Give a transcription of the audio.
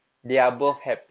okay lah